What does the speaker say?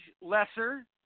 Lesser